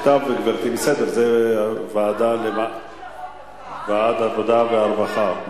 גברתי, בסדר, זה ועדת העבודה והרווחה.